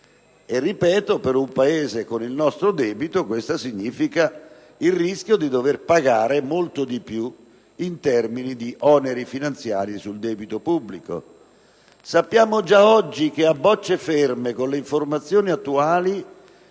interesse. Per un Paese con il nostro debito ciò significa il rischio di dover pagare molto di più in termini di oneri finanziari sul debito pubblico. Sappiamo già oggi, a bocce ferme e con le informazioni